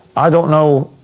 i don't know,